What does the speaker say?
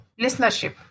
listenership